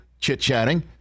chit-chatting